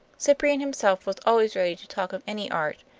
cyprian himself was always ready to talk of any art,